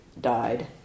died